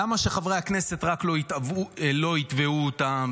למה רק שלא יתבעו את חברי הכנסת,